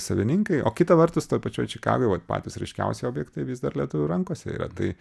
savininkai o kita vertus toj pačioj čikagoj va patys raiškiausi objektai vis dar lietuvių rankose yra tai